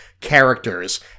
characters